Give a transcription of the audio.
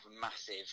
massive